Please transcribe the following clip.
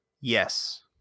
Yes